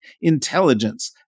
intelligence